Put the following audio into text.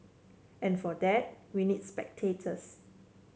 and for that we need spectators